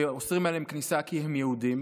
ואוסרים עליהם כניסה כי הם יהודים,